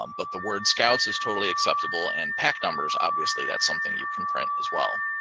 um but the word scouts is totally acceptable and pack numbers. obviously, that's something you can print as well.